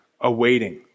Awaiting